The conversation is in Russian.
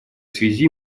связи